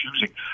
choosing